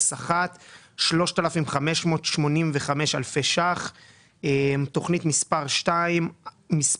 וסך של 66,676 אלפי שקלים בהרשאה להתחייב למשרד התרבות